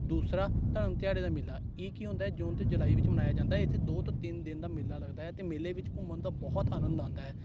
ਦੂਸਰਾ ਧਰਮ ਤਿਆੜੇ ਦਾ ਮੇਲਾ ਇਹ ਕਿ ਹੁੰਦਾ ਜੂਨ ਅਤੇ ਜੁਲਾਈ ਵਿੱਚ ਮਨਾਇਆ ਜਾਂਦਾ ਇੱਥੇ ਦੋ ਤੋਂ ਤਿੰਨ ਦਿਨ ਦਾ ਮੇਲਾ ਲੱਗਦਾ ਅਤੇ ਮੇਲੇ ਵਿੱਚ ਘੁੰਮਣ ਦਾ ਬਹੁਤ ਆਨੰਦ ਆਉਂਦਾ ਹੈ